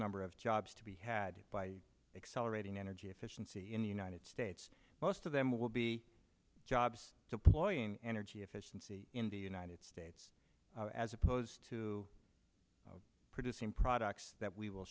number of jobs to be had by accelerating energy efficiency in the united states most of them will be jobs to ploy an energy efficiency in the united states as opposed to producing products that we will